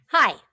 Hi